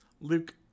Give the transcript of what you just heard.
Luke